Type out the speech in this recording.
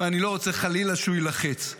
אני לא רוצה, חלילה שהוא יילחץ.